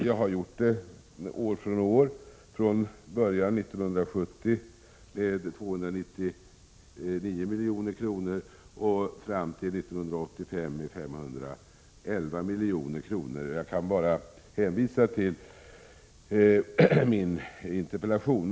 Jag har gjort det år från år med början år 1970 med 299 milj.kr. fram till 1985 med 511 milj.kr. Jag kan bara hänvisa till min interpellation.